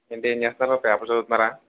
ఏంటి ఏం చేస్తున్నారు పేపర్ చదువుతున్నారా